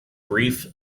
brief